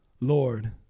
Lord